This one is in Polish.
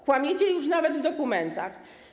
Kłamiecie już nawet w dokumentach.